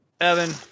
Evan